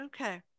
Okay